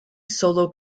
solo